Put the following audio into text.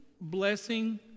blessing